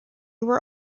were